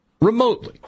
Remotely